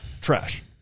Trash